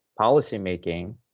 policymaking